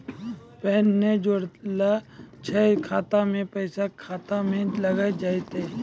Pan ने जोड़लऽ छै खाता मे पैसा खाता मे लग जयतै?